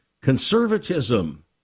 conservatism